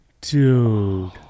Dude